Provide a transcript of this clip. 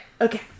Okay